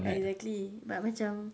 exactly but macam